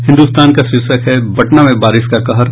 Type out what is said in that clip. हिन्दुस्तान का शीर्षक है पटना में बारिश का कहर